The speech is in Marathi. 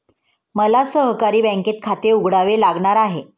मला सहकारी बँकेत खाते उघडावे लागणार आहे